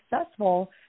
successful